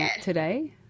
today